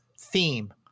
theme